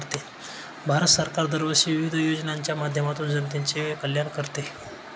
भारत सरकार दरवर्षी विविध योजनांच्या माध्यमातून जनतेचे कल्याण करते